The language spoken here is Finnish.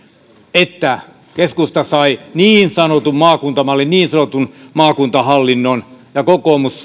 että keskusta sai niin sanotun maakuntamallin niin sanotun maakuntahallinnon ja kokoomus sai